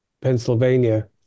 Pennsylvania